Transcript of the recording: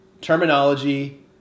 terminology